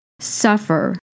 suffer